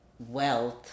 wealth